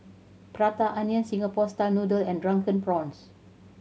Prata Onion Singapore style noodle and Drunken Prawns